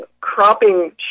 cropping